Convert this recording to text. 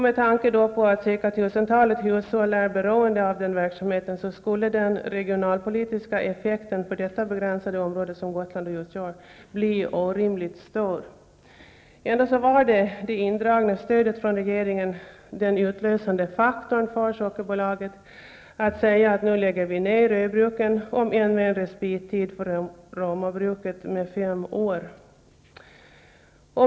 Med tanke på att ca 1 000 hushåll är beroende av verksamheten skulle den regionalpolitiska effekten för det begränsade område som Gotland utgör bli orimligt stor. Ändå var det indragna stödet från regeringen den utlösande faktorn för Sockerbolaget att säga att man skulle lägga ner öbruken -- om än med en respittid för Romabruket på fem år.